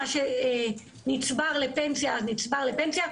מה שנצבר לפנסיה נצבר לפנסיה.